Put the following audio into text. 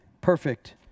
perfect